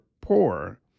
poor